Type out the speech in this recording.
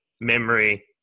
memory